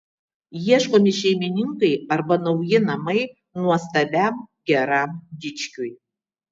ieškomi šeimininkai arba nauji namai nuostabiam geram dičkiui